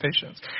patience